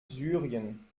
syrien